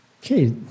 Okay